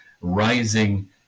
rising